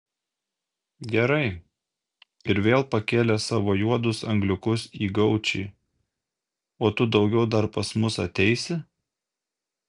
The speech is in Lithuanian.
gerai ir vėl pakėlė savo juodus angliukus į gaučį o tu daugiau dar pas mus ateisi